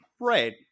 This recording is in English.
Right